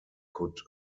could